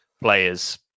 players